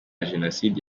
jenocide